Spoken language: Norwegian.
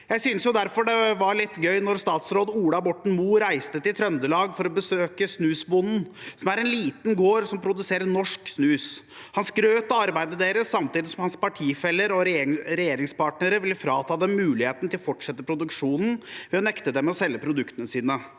Jeg syntes derfor det var litt gøy da statsråd Ola Borten Moe reiste til Trøndelag for å besøke Snusbonden, som er en liten gård som produserer norsk snus. Han skrøt av arbeidet deres, samtidig som hans partifeller og regjeringspartnere ville frata dem muligheten til å fortsette produksjonen ved å nekte dem å selge produktene sine.